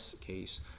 case